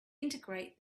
integrate